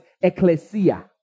ecclesia